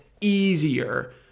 easier